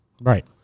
right